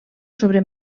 sobre